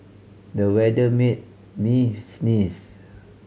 the weather made me sneeze